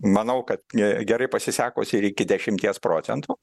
manau kad gerai pasisekus ir iki dešimties procentų